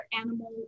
animal